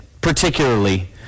particularly